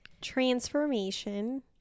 transformation